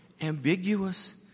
ambiguous